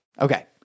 Okay